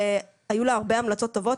היו לה הרבה המלצות טובות,